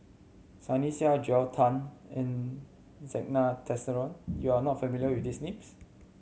Sunny Sia Joel Tan and Zena Tessensohn you are not familiar with these names